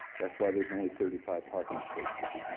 that's why there's only thirty five parking spaces.